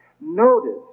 Notice